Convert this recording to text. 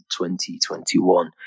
2021